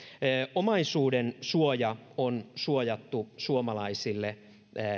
omaisuudensuoja on turvattu suomalaisille